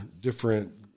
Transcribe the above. different